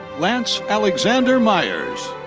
lance alexander myers.